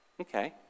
Okay